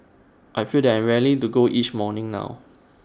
I feel that I'm raring to go each morning now